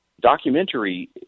Documentary